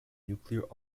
nuclear